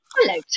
hello